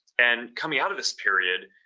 and coming out of this period,